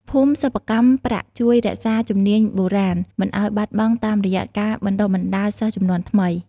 ភូមិសិប្បកម្មប្រាក់ជួយរក្សា ជំនាញបូរាណ មិនឱ្យបាត់បង់តាមរយៈការបណ្តុះបណ្តាលសិស្សជំនាន់ថ្មី។